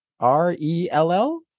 R-E-L-L